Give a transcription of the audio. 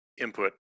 input